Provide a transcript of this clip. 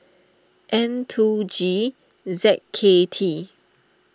N two G Z K T